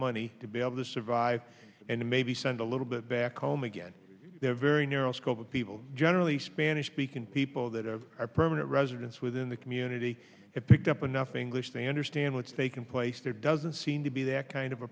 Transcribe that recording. money to be able to survive and maybe send a little bit back home again their very narrow scope of people generally spanish speaking people that are permanent residents within the community have picked up enough english to understand what's taking place there doesn't seem to be that kind of a